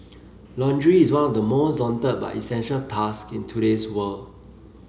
laundry is one of the most daunted but essential task in today's world